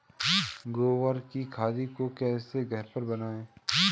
गोबर की खाद को घर पर कैसे बनाएँ?